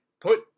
put